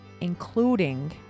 including